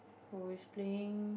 who is playing